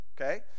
okay